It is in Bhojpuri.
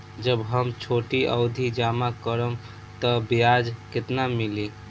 जब हम छोटी अवधि जमा करम त ब्याज केतना मिली?